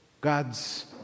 God's